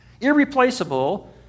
irreplaceable